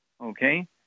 okay